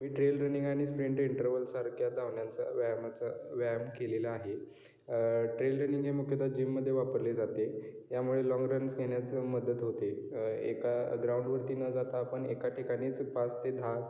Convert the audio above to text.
मी trail running आणि sprint इंटरवलसारख्या धावण्याचा व्यायामाचा व्यायाम केलेला आहे ट्रेल रनिंग हे मुख्यतः जिममध्ये वापरले जाते त्यामुळे लॉन्ग रन्स घेण्यास मदत होते एका ग्राऊंडवरती न जाता आपण एका ठिकाणीच पाच ते दहा